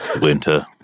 Winter